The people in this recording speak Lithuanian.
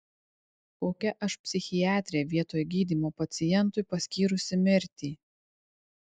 kokia aš psichiatrė vietoj gydymo pacientui paskyrusi mirtį